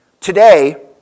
Today